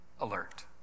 alert